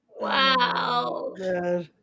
Wow